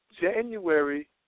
January